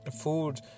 Food